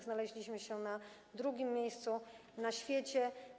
Znaleźliśmy się na drugim miejscu na świecie.